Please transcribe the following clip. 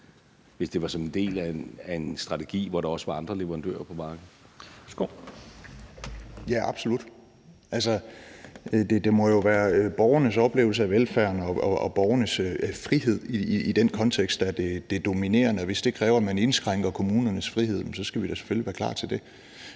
Første næstformand (Leif Lahn Jensen): Værsgo. Kl. 15:28 Alex Vanopslagh (LA): Ja, absolut. Altså, det må jo være borgernes oplevelse af velfærden og borgernes frihed i den kontekst, der er det dominerende, og hvis det kræver, at man indskrænker kommunernes frihed, så skal vi da selvfølgelig være klar til det.